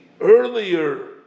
earlier